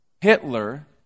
Hitler